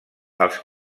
els